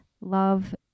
love